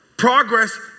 Progress